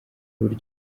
buryo